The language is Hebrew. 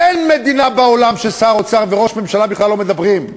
אין מדינה בעולם ששר האוצר וראש הממשלה בכלל לא מדברים,